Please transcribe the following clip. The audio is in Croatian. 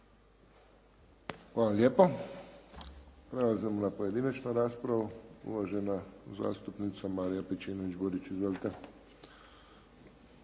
Hvala lijepo. Prelazimo na pojedinačnu raspravu. Uvažena zastupnica Marija Pejčinović-Burić. Izvolite.